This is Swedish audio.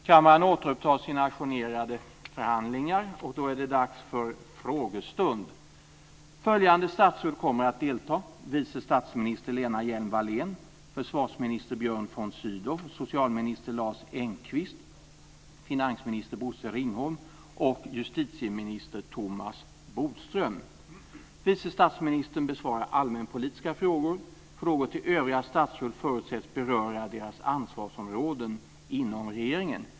Kammaren återupptar sina ajournerade förhandlingar. Då är det dags för frågestund. Följande statsråd kommer att delta: vice statsminister Lena Hjelm Vice statsministern besvarar allmänpolitiska frågor. Frågor till övriga statsråd förutsätts beröra deras ansvarsområden inom regeringen.